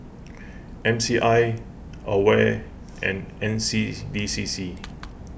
M C I Aware and N C B C C